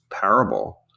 parable